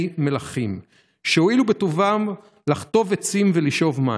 מלכים שהואילו בטובם לחטוב עצים ולשאוב מים.